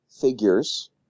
figures